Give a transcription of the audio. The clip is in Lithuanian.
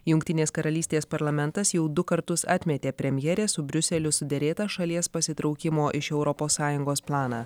jungtinės karalystės parlamentas jau du kartus atmetė premjerės su briuseliu suderėtą šalies pasitraukimo iš europos sąjungos planą